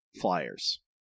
flyers